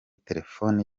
telefoni